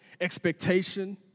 expectation